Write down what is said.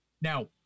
Now